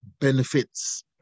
benefits